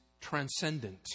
transcendent